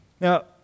Now